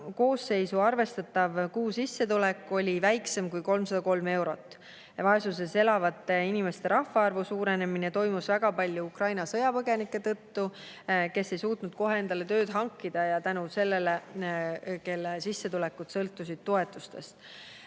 koosseisu arvestatav kuusissetulek oli väiksem kui 303 eurot. Vaesuses elavate inimeste arv suurenes väga palju Ukraina sõjapõgenike tõttu, kes ei suutnud kohe endale tööd hankida ja kelle sissetulekud sõltusid seega toetustest.